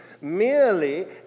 merely